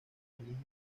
religiosa